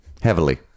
Heavily